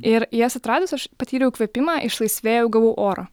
ir jas atradus aš patyriau įkvėpimą išlaisvėjau gavau oro